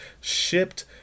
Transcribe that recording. shipped